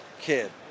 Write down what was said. kid